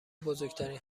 بزرگترین